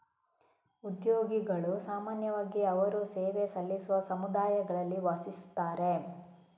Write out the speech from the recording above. ಉದ್ಯೋಗಿಗಳು ಸಾಮಾನ್ಯವಾಗಿ ಅವರು ಸೇವೆ ಸಲ್ಲಿಸುವ ಸಮುದಾಯಗಳಲ್ಲಿ ವಾಸಿಸುತ್ತಾರೆ